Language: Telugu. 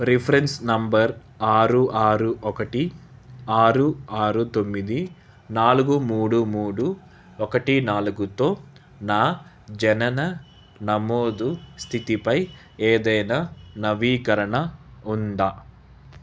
రిఫరెన్స్ నంబర్ ఆరు ఆరు ఒకటి ఆరు ఆరు తొమ్మిది నాలుగు మూడు మూడు ఒకటి నాలుగుతో నా జనన నమోదు స్థితిపై ఏదైనా నవీకరణ ఉందా